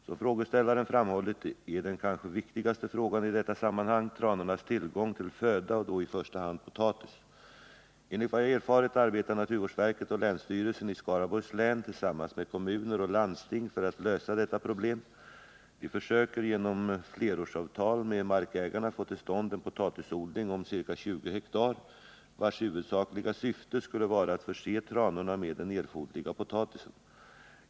Som frågeställaren framhållit är den kanske viktigaste frågan i detta sammanhang tranornas tillgång till föda, och då i första hand potatis. Enligt vad jag erfarit arbetar naturvårdsverket och länsstyrelsen i Skaraborgs län tillsammans med kommuner och landsting för att lösa detta problem. De försöker genom flerårsavtal med markägarna få till stånd en potatisodling om ca 20 ha, vars huvudsakliga syfte skulle vara att förse tranorna med den erforderliga potatisen.